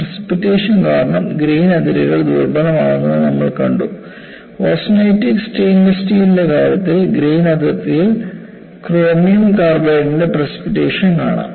precipitation കാരണം grain അതിരുകൾ ദുർബലമാകുന്നത് നാം കണ്ടു ഓസ്റ്റെനിറ്റിക് സ്റ്റെയിൻലെസ് സ്റ്റീലിന്റെ കാര്യത്തിൽ ഗ്രേൻ അതിർത്തിയിൽ ക്രോമിയം കാർബൈഡിന്റെ പ്രസിപ്പിറ്റേഷൻ കാണാം